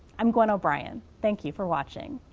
i'm gwen o'brien. thank you for watching.